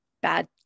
bad